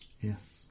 Yes